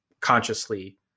consciously